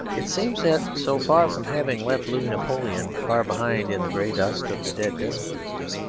it seems that so far from having left louis napoleon far behind in the grey dust of the dead despotisms,